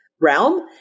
Realm